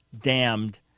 damned